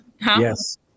Yes